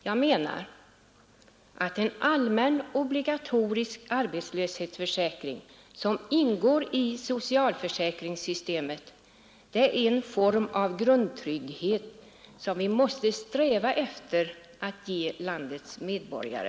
Jag anser att en allmän obligatorisk arbetslöshetsförsäkring, som ingår i socialförsäkringssystemet, är en form av grundtrygghet som vi måste sträva efter att ge landets medborgare.